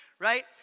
right